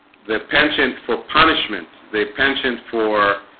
the penchant for punishment they penchant for